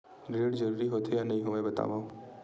ऋण जरूरी होथे या नहीं होवाए बतावव?